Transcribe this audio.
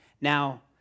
Now